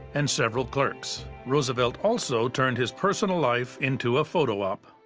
and several clerks. roosevelt also turned his personal life into a photo op.